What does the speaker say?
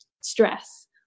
stress